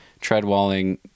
treadwalling